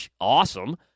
awesome